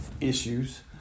issues